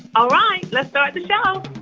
all right. let's start the show